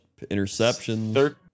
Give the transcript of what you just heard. interceptions